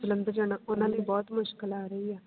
ਲੰਘ ਜਾਣਾ ਉਹਨਾਂ ਦੀ ਬਹੁਤ ਮੁਸ਼ਕਿਲ ਆ ਰਹੀ ਆ